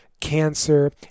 cancer